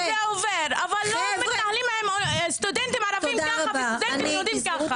אבל לא מתנהלים עם סטודנטים ערבים ככה ועם סטודנטים יהודים ככה.